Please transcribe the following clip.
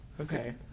Okay